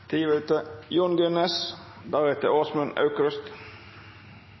Tida er ute.